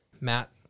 Matt